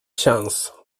chans